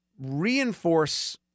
reinforce